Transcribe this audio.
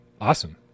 awesome